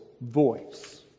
voice